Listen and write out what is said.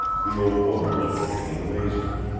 the old woman looked at me in amazement.